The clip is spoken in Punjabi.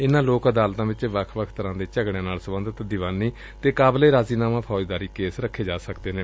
ਇਨ੍ਨਾਂ ਲੋਕ ਅਦਾਲਤਾਂ ਵਿਚ ਵੱਖ ਵੱਖ ਤਰ੍ਪਾਂ ਦੇ ਝਗੜਿਆਂ ਨਾਲ ਸਬੰਧਤ ਦੀਵਾਨੀ ਅਤੇ ਕਾਬਿਲੇ ਰਾਜ਼ੀਨਾਮਾ ਫੌਜਦਾਰੀ ਕੇਸ ਰੱਖੇ ਜਾ ਸਕਦੇ ਨੇ